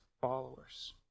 followers